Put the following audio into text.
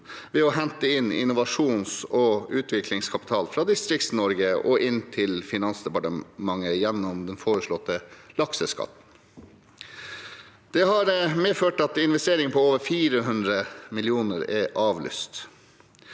ved å hente inn innovasjons- og utviklingskapital fra Distrikts-Norge og inn til Finansdepartementet gjennom den foreslåtte lakseskatten. Det har medført at investeringer på over 400 mill. kr er avlyst.